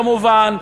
כמובן.